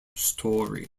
story